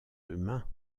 humain